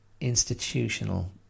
institutional